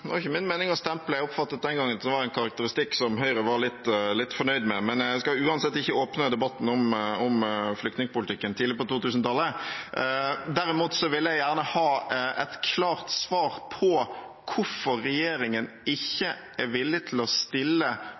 ikke min mening å stemple – jeg oppfattet det den gangen som en karakteristikk som Høyre var litt fornøyd med. Men jeg skal uansett ikke åpne debatten om flyktningpolitikken tidlig på 2000-tallet. Derimot vil jeg gjerne ha et klart svar på hvorfor regjeringen ikke er villig til å stille